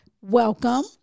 welcome